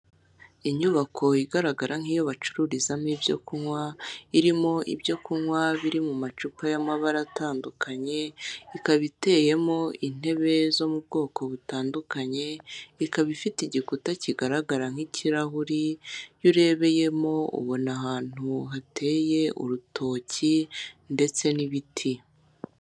Inyubako igaragara nk'iyo bacururizamo ibyo kunywa, irimo ibyo kunywa biri mu macupa y'amabara atandukanye, ikaba iteyemo intebe zo mu bwoko butandukanye, ikaba ifite igikuta kigaragara nk'ikirahuri, iyi urebeyemo ubona ahantu hateye urutoki ndetse n'ibiti.